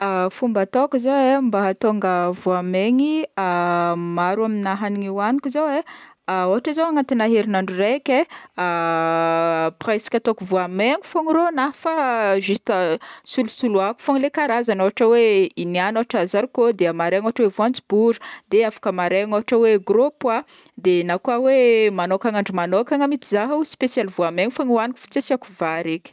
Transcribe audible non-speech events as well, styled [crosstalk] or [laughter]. [hesitation] Fomba ataoko zegny mba ahatonga voamaigny [hesitation] maro amina hagniny hoagniko zao e ôhatra zao agnatina herinandro araiky e [hesitation] presque ataoko voamaigny fogny rôgnahy, fa [hesitation] juste solosoloako fogna karazagny, ôhatra hoe i niagny ôhatra zarikô de amaregny ôhatra hoe voanjobory de afaka maregny ôhatra hoe gros pois de [hesitation] na koa hoe magnokana andro manôkana mihintsy zaho spesialy voamaigny fogna hoaniko fa tsy asiako vary eky.